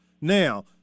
Now